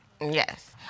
Yes